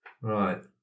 Right